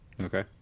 Okay